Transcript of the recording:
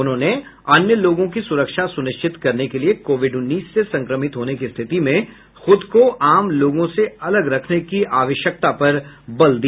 उन्होंने अन्य लोगों की सूरक्षा सूनिश्चित करने के लिए कोविड उन्नीस से संक्रमित होने की स्थिति में खुद को आम लोगों से अलग रखने की आवश्यकता पर बल दिया